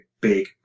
big